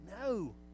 No